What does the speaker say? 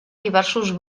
diversos